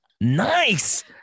Nice